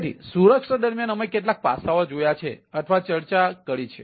તેથી સુરક્ષા દરમિયાન અમે કેટલાક પાસાઓ જોયા છે અથવા ચર્ચા કરી છે